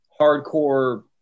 hardcore